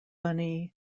bunny